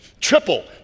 Triple